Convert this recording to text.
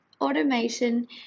automation